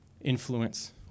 influence